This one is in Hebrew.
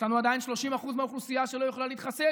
יש לנו עדיין 30% מהאוכלוסייה שלא יכולים להתחסן.